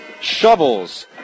shovels